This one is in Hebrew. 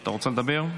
אתה רוצה לדבר?